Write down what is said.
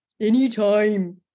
Anytime